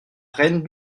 reine